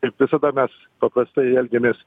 kaip visada mes paprastai elgiamės